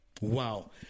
wow